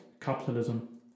capitalism